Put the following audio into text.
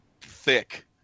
thick